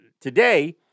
today